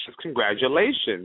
Congratulations